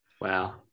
Wow